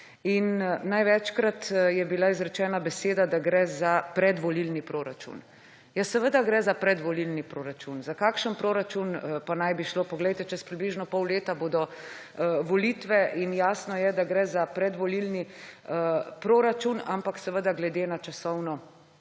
Največkrat je bila izrečena beseda, da gre za predvolilni proračun. Ja seveda gre za predvolilni proračun, za kakšen proračun pa naj bi šlo? Čez približno pol leta bodo volitve in jasno je, da gre za predvolilni proračun, ampak seveda glede na časovno